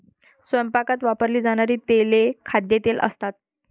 स्वयंपाकात वापरली जाणारी तेले खाद्यतेल असतात